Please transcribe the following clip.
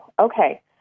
Okay